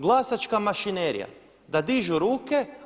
Glasačka mašinerija, da dižu ruke.